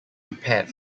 prepared